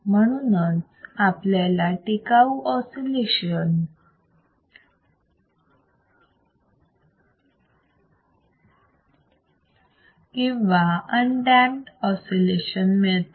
म्हणूनच आपल्याला टिकाऊ ऑसिलेशन किंवा अन डॅम ऑसिलेशन मिळतात